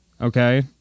Okay